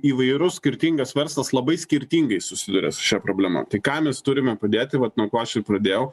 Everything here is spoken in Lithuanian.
įvairus skirtingas verslas labai skirtingai susiduria su šia problema tai ką mes turime padėti vat nuo ko aš ir pradėjau